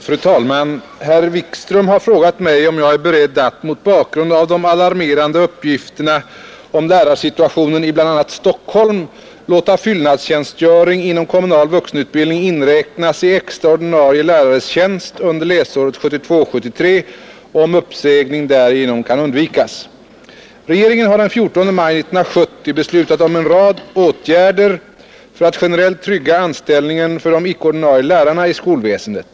Fru talman! Herr Wikström har frågat mig om jag är beredd att — mot bakgrund av de alarmerande uppgifterna om lärarsituationen i bl.a. Stockholm — låta fyllnadstjänstgöring inom kommunal vuxenutbildning inräknas i extra ordinarie lärares tjänst under läsåret 1972/73 om uppsägning därigenom kan undvikas. Regeringen har den 14 maj 1970 beslutat om en rad åtgärder för att generellt trygga anställningen för de icke-ordinarie lärarna i skolväsendet.